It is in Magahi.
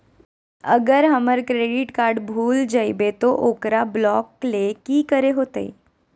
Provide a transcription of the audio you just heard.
अगर हमर क्रेडिट कार्ड भूल जइबे तो ओकरा ब्लॉक लें कि करे होते?